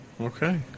Okay